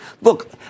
Look